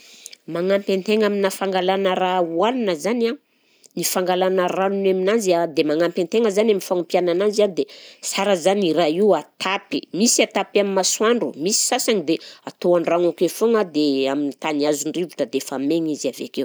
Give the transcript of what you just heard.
Magnampy an-tegna aminà fangalana raha hohanina zany a, ny fangalana ranony aminanzy a dia magnampy an-tegna zany amin'ny fagnompiana ananzy an dia sara zany i raha io atapy, misy atapy amin'ny masoandro, misy sasany dia atao an-dragno akeo foagna dia amin'ny tany azon-drivotra dia efa maigna izy avy akeo.